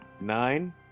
Nine